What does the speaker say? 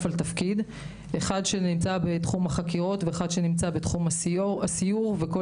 אחד שנמצא בתחום החקירות ואחד בתחום הסיור וכל